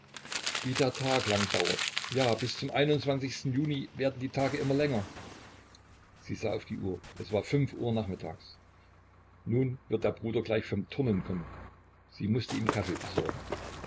wie der tag lang dauert ja bis zum juni werden die tage immer länger sie sah auf die uhr es war fünf uhr nachmittags nun wird der bruder gleich vom turnen kommen sie mußte ihm kaffee besorgen